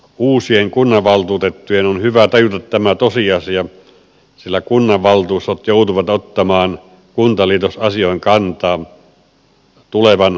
uusien kunnanvaltuutettujen on hyvä tajuta tämä tosiasia sillä kunnanvaltuustot joutuvat ottamaan kuntaliitosasiaan kantaa tulevan vuoden aikana